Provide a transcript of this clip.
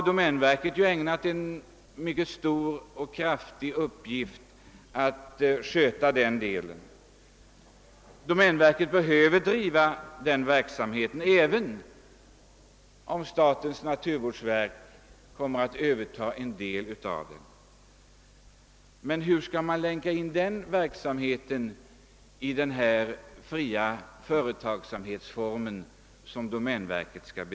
Domänverket har lagt ned mycket arbete på att sköta denna sak. Domänverket behöver driva sådan verksamhet även om statens naturvårdsverk kommer att överta en del uppgifter. Men hur skall man kunna infoga den verksamheten i den fria företagsamhetens form?